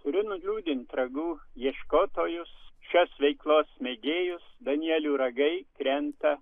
turiu nuliūdint ragų ieškotojus šios veiklos mėgėjus danielių ragai krenta